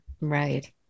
Right